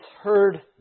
heard